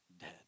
dead